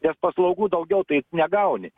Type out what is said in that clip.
nes paslaugų daugiau tai negauni